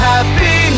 Happy